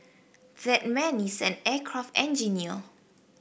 that man is an aircraft engineer